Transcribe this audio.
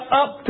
up